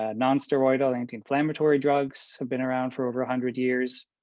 ah nonsteroidal anti-inflammatory drugs have been around for over a hundred years.